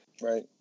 Right